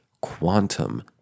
quantum